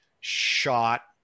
shot